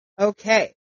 okay